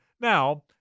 now